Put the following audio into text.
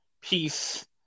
peace